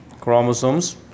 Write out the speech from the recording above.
chromosomes